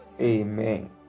Amen